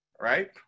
right